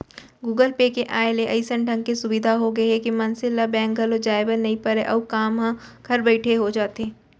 Google Pay के आय ले अइसन ढंग के सुभीता हो गए हे के मनसे ल बेंक घलौ जाए बर नइ परय अउ काम ह घर बइठे हो जाथे